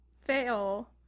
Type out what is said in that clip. Fail